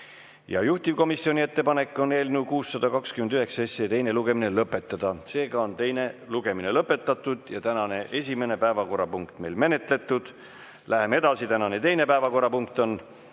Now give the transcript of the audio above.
Juhtivkomisjoni ettepanek on eelnõu 629 teine lugemine lõpetada. Teine lugemine on lõpetatud ja tänane esimene päevakorrapunkt on meil menetletud. Läheme edasi. Tänane teine päevakorrapunkt on